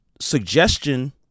suggestion